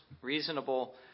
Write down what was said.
Reasonable